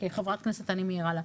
כחברת כנסת אני מעירה לה.